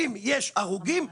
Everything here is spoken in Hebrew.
אם יש הרוגים,